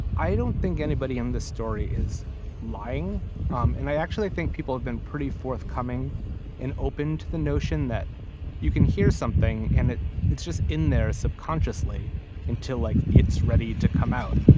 i don't think anybody in this story is lying um and i actually think people have been pretty forthcoming and open to the notion that you can hear something and it's just in there subconsciously until like it's ready to come out.